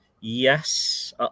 Yes